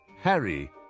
Harry